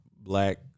black